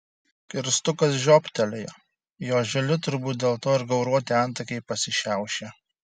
kirstukas žiobtelėjo jo žili turbūt dėl to ir gauruoti antakiai pasišiaušė